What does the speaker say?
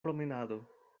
promenado